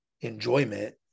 enjoyment